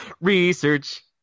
Research